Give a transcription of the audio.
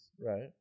Right